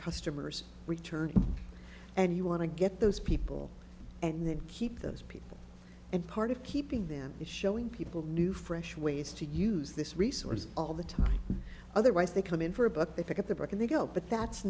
customers return and you want to get those people and then keep those people and part of keeping them is showing people new fresh ways to use this resource all the time otherwise they come in for a book they pick up the book and they go but that's